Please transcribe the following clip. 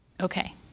Okay